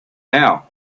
now